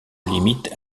limitent